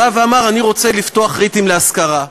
אמר: אני רוצה לפתוח ריטים להשכרה,